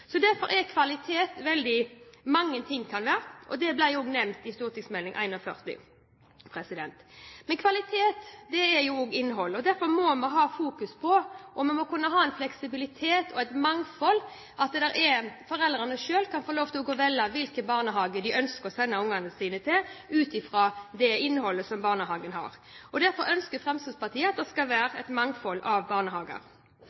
Derfor kan kvalitet være veldig mange ting. Det ble også nevnt i St.meld. nr. 41. Men kvalitet er også innhold. Derfor må vi fokusere på fleksibilitet og et mangfold der foreldrene selv kan få lov til å velge hvilken barnehage de ønsker å sende ungene sine til, ut fra det innholdet som barnehagen har. Derfor ønsker Fremskrittspartiet at det skal